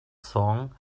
song